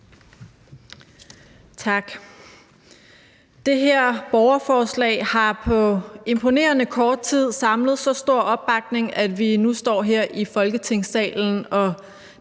Tak. Det her borgerforslag har på imponerende kort tid samlet så stor opbakning, at vi nu står her i Folketingssalen og